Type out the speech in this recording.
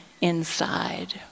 inside